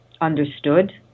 understood